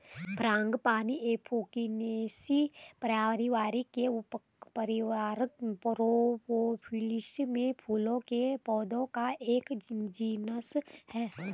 frangipani Apocynaceae परिवार के उपपरिवार रौवोल्फिया में फूलों के पौधों का एक जीनस है